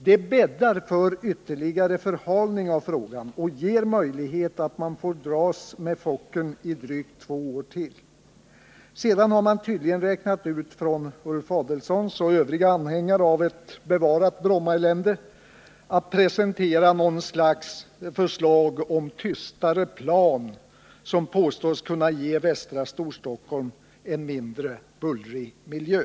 Det bäddar för ytterligare förhalning av frågan och kan medföra att man får dras med Fokkern på Bromma i drygt två år till. Sedan har tydligen Ulf Adelsohn och övriga anhängare av ett bevarat Brommaelände räknat ut att de skulle presentera något slags förslag om tystare plan, som påstås kunna ge västra Storstockholm en mindre bullrig miljö.